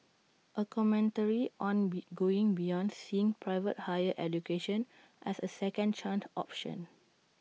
A commentary on be going beyond seeing private higher education as A second chance option